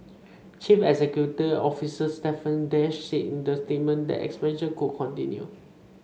chief executive officer Stephen Dash said in the statement that expansion could continue